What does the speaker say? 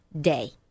day